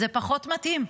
זה פחות מתאים?